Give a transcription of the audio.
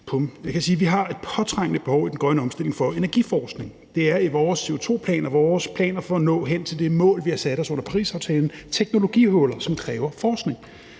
vi har et påtrængende behov i den grønne omstilling for energiforskning. Det er i vores CO2-plan og vores planer for at nå hen til det mål, vi har sat os under Parisaftalen, teknologihuller, som kræver forskning.